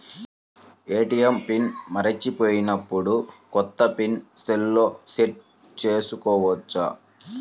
ATM PIN మరచిపోయినప్పుడు, కొత్త PIN సెల్లో సెట్ చేసుకోవచ్చా?